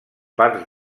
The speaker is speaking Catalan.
parts